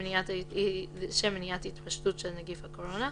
לשם מניעת התפשטות של נגיף הקורונה,